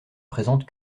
présentent